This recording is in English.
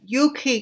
UK